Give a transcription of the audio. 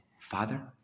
father